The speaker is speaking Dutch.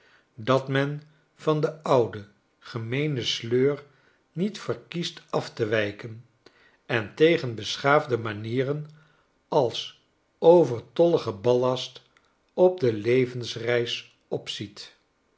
dat men van de oude gemeene sleur niet verkiest af te wijken en tegen beschaafde manieren als overtolligen ballast op de levensreis opziet